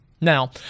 Now